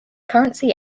currency